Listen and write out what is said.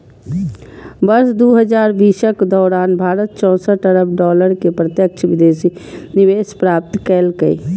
वर्ष दू हजार बीसक दौरान भारत चौंसठ अरब डॉलर के प्रत्यक्ष विदेशी निवेश प्राप्त केलकै